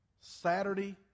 Saturday